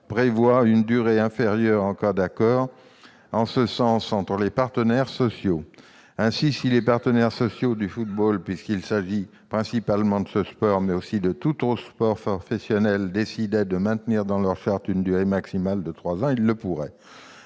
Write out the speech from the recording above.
prévoit une durée inférieure en cas d'accord en ce sens entre les partenaires sociaux. Ainsi, si les partenaires sociaux du football, puisqu'il s'agit principalement de ce sport, mais aussi de tout autre sport professionnel, décidaient de maintenir, dans leur charte, une durée maximale de trois ans, ils en auraient